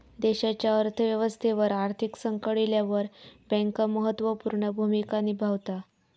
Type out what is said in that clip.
देशाच्या अर्थ व्यवस्थेवर आर्थिक संकट इल्यावर बँक महत्त्व पूर्ण भूमिका निभावता